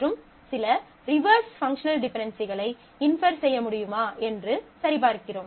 மற்றும் சில reverse functional டிபென்டென்சிகளை இன்ஃபர் செய்ய முடியுமா என்று சரி பார்க்கிறோம்